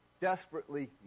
desperately